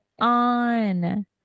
on